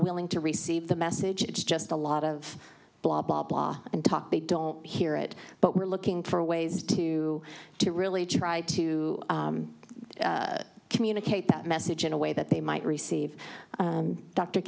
willing to receive the message it's just a lot of blah blah blah and talk they don't hear it but we're looking for ways to to really try to communicate that message in a way that they might receive